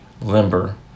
limber